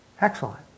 Excellent